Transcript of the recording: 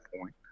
point